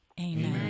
Amen